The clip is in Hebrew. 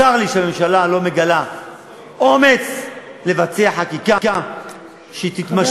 צר לי שהממשלה לא מגלה אומץ לבצע חקיקה שתתמשך,